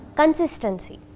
consistency